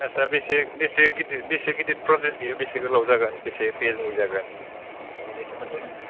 आदचा बेसे बेसे गिदिर बेसे गिदिर प्रजेक्ट बियो बेसे गोलाव जागोन बेसे फेजनि जागोन बिनि सोमोन्दै